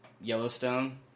yellowstone